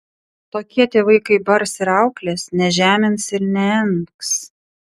tokie tėvai kai bars ir auklės nežemins ir neengs